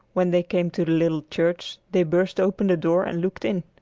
when they came to the little church, they burst open the door and looked in.